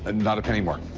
and not a penny more.